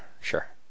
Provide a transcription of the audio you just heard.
sure